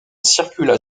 circula